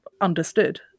understood